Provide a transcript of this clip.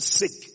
sick